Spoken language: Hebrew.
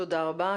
תודה רבה.